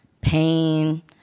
pain